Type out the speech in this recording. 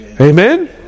Amen